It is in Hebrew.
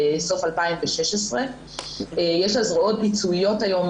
בסוף 2016. יש לה זרועות ביצועיות היום